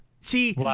See